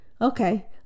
Okay